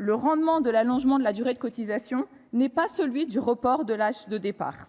Et le rendement de l'allongement de la durée de cotisation n'est pas le même que celui du report de l'âge de départ.